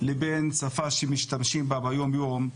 לבין שפה שמשתמשים בה ביום יום,